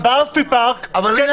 אבל באמפיפארק כן מכניסים.